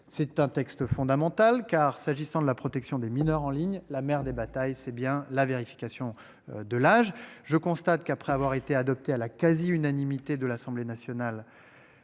C'est un texte fondamental car s'agissant de la protection des mineurs en ligne. La mère des batailles, c'est bien la vérification de l'âge, je constate qu'après avoir été adopté à la quasi-unanimité de l'Assemblée nationale.